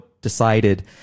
decided